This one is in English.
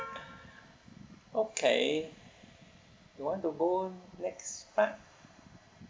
okay you want to go next part